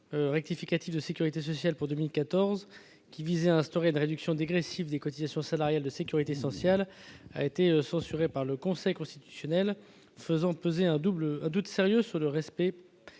rectificative de la sécurité sociale pour 2014 visant à instaurer une réduction dégressive des cotisations salariales de sécurité sociale a été censurée par le Conseil constitutionnel. Cela fait peser un doute sérieux sur le respect,